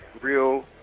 real